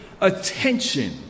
attention